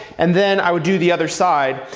and then i would do the other side.